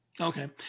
okay